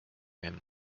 him